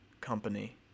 company